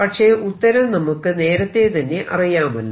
പക്ഷെ ഉത്തരം നമുക്ക് നേരത്തെതന്നെ അറിയാമല്ലോ